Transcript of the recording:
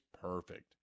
perfect